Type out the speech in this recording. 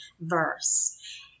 Verse